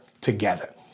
together